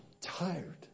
Tired